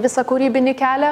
visą kūrybinį kelią